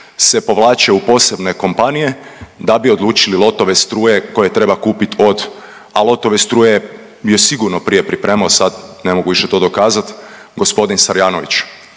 se povlače u posebne kompanije da bi odlučili lotove struje koje treba kupiti od, a lotove struje je sigurno pripremao sad ne mogu to više dokazati gospodin Sarjanović.